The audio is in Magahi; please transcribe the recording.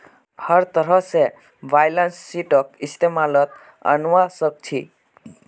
हर तरह से बैलेंस शीटक इस्तेमालत अनवा सक छी